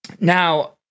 Now